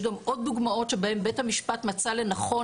יש גם עוד דוגמאות שבהם בית המשפט מצא לנכון